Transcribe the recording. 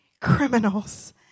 criminals